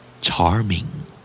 Charming